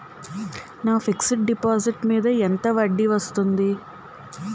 నా fixed deposit మీద ఎంత వడ్డీ వస్తుంది?